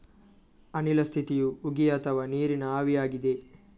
ಅನಿಲ ಸ್ಥಿತಿಯು ಉಗಿ ಅಥವಾ ನೀರಿನ ಆವಿಯಾಗಿದೆ